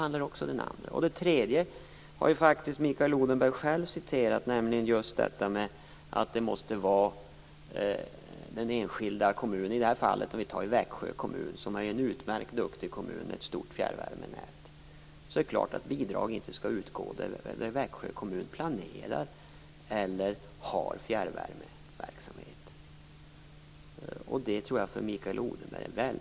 Mikael Odenberg har själv citerat just detta om den enskilda kommunen. Ett exempel är Växjö kommun, som är en kommun som är utmärkt duktig och har ett stort fjärrvärmenät. Det är klart att bidrag inte skall gå ut där Växjö kommun planerar eller har fjärrvärmeverksamhet. Jag tror att det är välkänt för Mikael Odenberg.